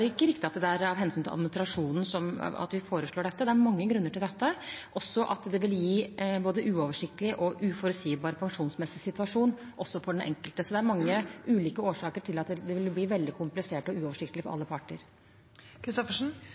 ikke riktig at det er av hensyn til administrasjonen at vi foreslår dette. Det er mange grunner til det – også at det vil gi både uoversiktlig og uforutsigbar pensjonssituasjon for den enkelte. Det er mange ulike årsaker til at det ville bli veldig komplisert og uoversiktlig for alle